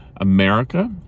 America